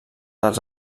dels